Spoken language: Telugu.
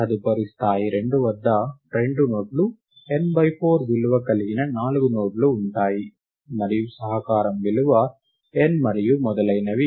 తదుపరి స్థాయి 2 వద్ద రెండు నోడ్లు n బై 4 విలువ కలిగిన నాలుగు నోడ్లు ఉంటాయి మరియు సహకారం విలువ n మరియు మొదలైనవి